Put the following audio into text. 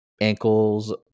ankles